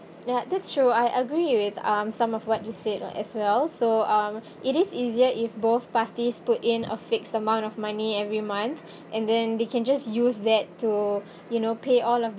ya that's true I agree with um some of what you said uh as well so um it is easier if both parties put in a fixed amount of money every month and then they can just use that to you know pay all of